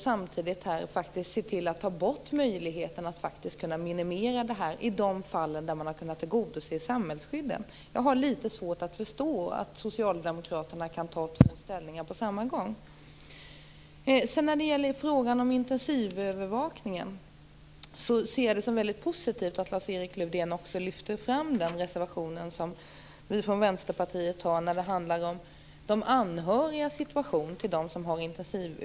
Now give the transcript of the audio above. Samtidigt tas möjligheten bort att faktiskt kunna minimera problemen i de fall samhällsskyddet har kunnat tillgodoses. Jag har litet svårt att förstå att socialdemokraterna kan inta två ställningstaganden på samma gång. Sedan var det frågan om intensivövervakningen. Jag ser det som positivt att Lars-Erik Lövdén lyfter fram Vänsterpartiets reservation om de anhörigas situation.